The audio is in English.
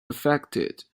affected